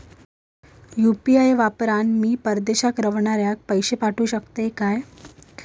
UPI वापरान मी परदेशाक रव्हनाऱ्याक पैशे पाठवु शकतय काय?